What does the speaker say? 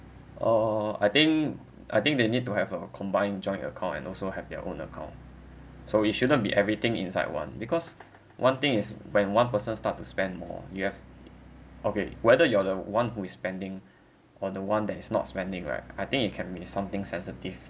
oh I think I think they need to have a combined joint account and also have their own account so we shouldn't be everything inside one because one thing is when one person start to spend more you have okay whether you're the one who is spending or the one that is not spending right I think it can be something sensitive